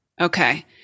Okay